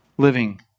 living